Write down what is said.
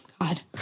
God